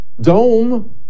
Dome